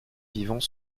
vivant